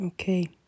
okay